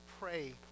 pray